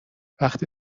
وقتی